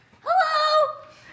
Hello